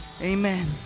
Amen